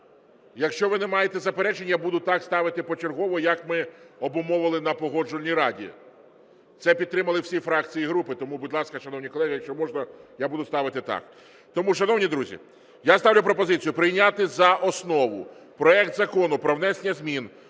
Якщо ви не маєте заперечень, я буду так ставити почергово, як ми обумовили на Погоджувальній раді. Це підтримали всі фракції і групи, тому, будь ласка, шановні колеги, якщо можна, я буду ставити так. Тому, шановні друзі, я ставлю пропозицію прийняти за основу проект Закону про внесення змін